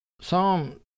psalm